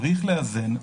צריך לאזן.